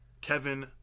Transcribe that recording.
Kevin